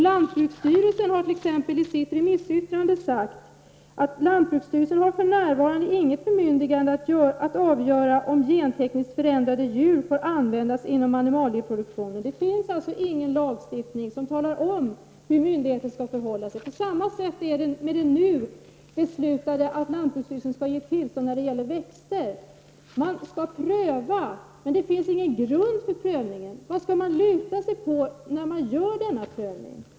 Lantbruksstyrelsen säger i sitt remissyttrande: ”Lantbruksstyrelsen har för närvarande inget bemyndigande att pröva om t.ex. gentekniskt förändrade djur får användas inom animalieproduktionen.” Det finns alltså ingen lagstiftning som talar om hur myndigheten skall förhålla sig. Det är på samma sätt med beslutet att lantbruksstyrelsen skall ge tillstånd när det gäller växter. Lantbruksstyrelsen skall pröva, men det finns ingen grund för denna prövning. Vad skall man luta sig på när man gör denna prövning?